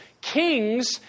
Kings